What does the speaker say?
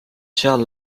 seal